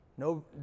No